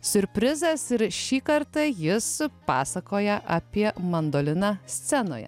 siurprizas ir šį kartą jis pasakoja apie mandoliną scenoje